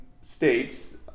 states